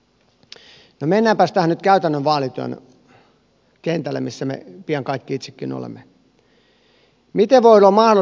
no mennäänpäs nyt tähän käytännön vaalityöhön kentällä missä me kaikki itsekin pian olemme